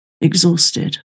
exhausted